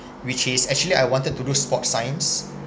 which is actually I wanted to do sports science